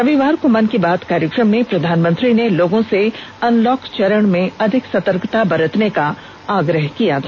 रविवार को मन की बात कार्यक्रम में प्रधानमंत्री ने लोगों से अनलॉक चरण में अधिक सतर्कता बरतने का आग्रह किया था